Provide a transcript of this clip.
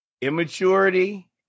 immaturity